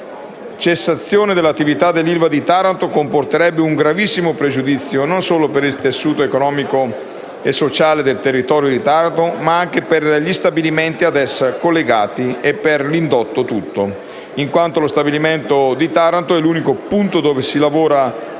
la cessazione dell'attività dell'ILVA di Taranto comporterebbe un gravissimo pregiudizio, non solo per il tessuto economico e sociale del territorio di Taranto ma anche per gli stabilimenti ad essa collegati e per l'indotto tutto in quanto lo stabilimento di Taranto è l'unico punto dove si lavora l'acciaio